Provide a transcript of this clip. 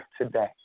today